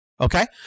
okay